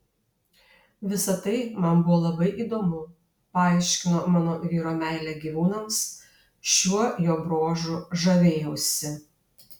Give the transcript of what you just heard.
visa tai man buvo labai įdomu paaiškino mano vyro meilę gyvūnams šiuo jo bruožu žavėjausi